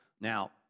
Now